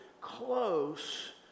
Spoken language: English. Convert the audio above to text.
close